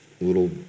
little